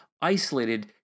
isolated